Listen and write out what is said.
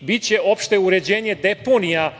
Biće i opšte uređenje deponija